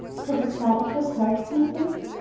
could the platypus help, do you think?